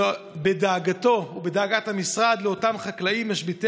על דאגתו ודאגת המשרד לאותם חקלאים משביתי